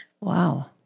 Wow